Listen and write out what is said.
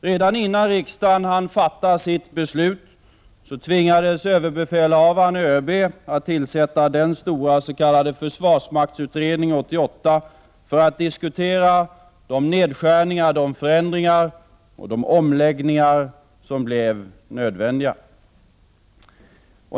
Redan innan riksdagen hann fatta sitt beslut tvingades ÖB tillsätta den stora s.k. Försvarsmaktsutredning 88 för att diskutera de nedskärningar, förändringar och omläggningar som blev nödvändiga.